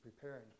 preparing